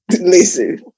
Listen